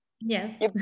yes